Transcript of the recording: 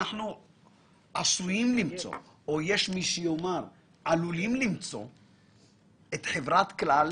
אנחנו עשויים למצוא או עלולים למצוא את חברת כלל